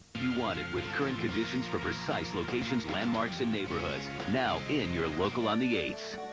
you want it with current conditions for precise locations, landmarks and neighborhoods. now in your local on the eight